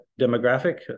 demographic